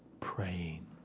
praying